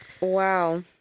Wow